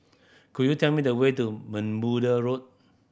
could you tell me the way to Bermuda Road